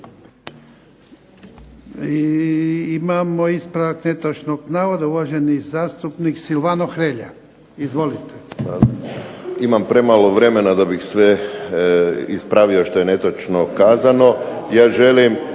imamo ispravak netočnog navoda, uvaženi zastupnik Silvano Hrelja. Izvolite. **Hrelja, Silvano (HSU)** Imam premalo vremena da bih sve ispravio što je netočno kazano. Ja želim